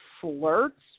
flirts